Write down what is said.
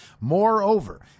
Moreover